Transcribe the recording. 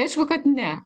aišku kad ne